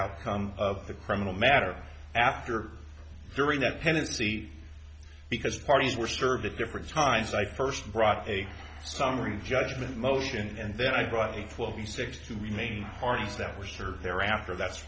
outcome of the criminal matter after during that pendency because parties were served at different times i first brought a summary judgment motion and then i brought a full view six to remain parties that were served there after that's